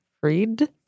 Freed